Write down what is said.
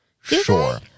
Sure